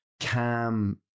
calm